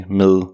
med